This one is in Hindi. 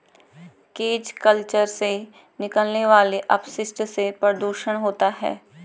केज कल्चर से निकलने वाले अपशिष्ट से प्रदुषण होता है